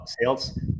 sales